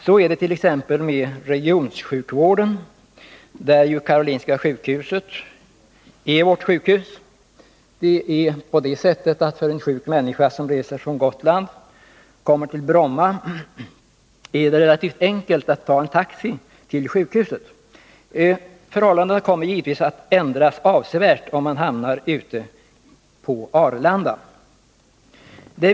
När det gäller regionsjukvården är ju Karolinska sjukhuset vårt sjukhus. För en sjuk människa som reser från Gotland och kommer till Bromma är det relativt enkelt att ta en taxi till sjukhuset. Förhållandena kommer givetvis att ändras avsevärt om man hamnar ute på Arlanda.